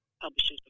publishers